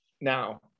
Now